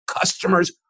Customers